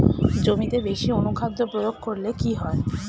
জমিতে বেশি অনুখাদ্য প্রয়োগ করলে কি হয়?